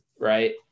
right